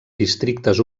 districtes